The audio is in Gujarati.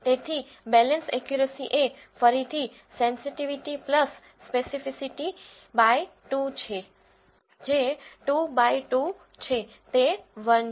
તેથી બેલેન્સ એકયુરસી એ ફરીથી સેન્સીટીવીટી સ્પેસીફીસીટી બાય 2 જે 2 બાય 2 છે તે 1 છે